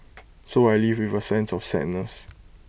so I leave with A sense of sadness